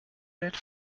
that